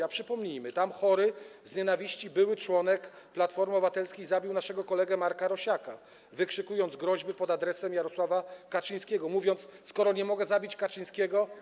A przypomnijmy: tam chory z nienawiści były członek Platformy Obywatelskiej zabił naszego kolegę Marka Rosiaka, wykrzykując groźby pod adresem Jarosława Kaczyńskiego, mówiąc: skoro nie mogę zabić Kaczyńskiego.